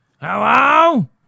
Hello